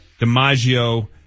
DiMaggio